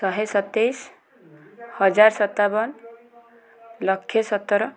ଶହେ ସତେଇଶ ହଜାର ସତାବନ ଲକ୍ଷେ ସତର